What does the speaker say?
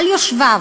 על יושביו.